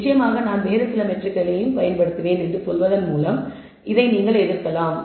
நிச்சயமாக நான் வேறு சில மெட்ரிக்கைப் பயன்படுத்துவேன் என்று சொல்வதன் மூலம் நீங்கள் எதிர்க்கலாம்